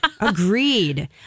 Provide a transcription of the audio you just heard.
Agreed